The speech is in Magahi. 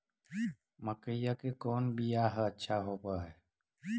मकईया के कौन बियाह अच्छा होव है?